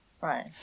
Right